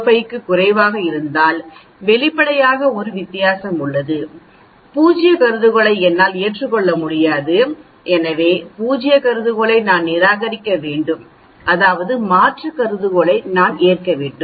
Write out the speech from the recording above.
05 க்கும் குறைவாக இருந்தால் வெளிப்படையாக ஒரு வித்தியாசம் உள்ளது பூஜ்ய கருதுகோளை என்னால் ஏற்றுக்கொள்ள முடியாது எனவே பூஜ்ய கருதுகோளை நான் நிராகரிக்க வேண்டும் அதாவது மாற்று கருதுகோளை நான் ஏற்க வேண்டும்